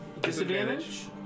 disadvantage